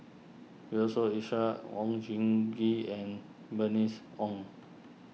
Yusof Ishak Oon Jin Gee and Bernice Ong